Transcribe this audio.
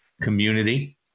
community